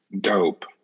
dope